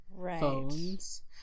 phones